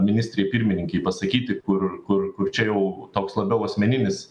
ministrei pirmininkei pasakyti kur kur kur čia jau toks labiau asmeninis